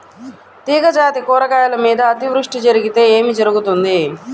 తీగజాతి కూరగాయల మీద అతివృష్టి జరిగితే ఏమి జరుగుతుంది?